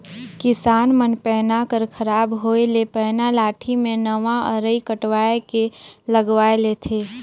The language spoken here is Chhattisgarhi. किसान मन पैना कर खराब होए ले पैना लाठी मे नावा अरई कटवाए के लगवाए लेथे